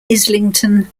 islington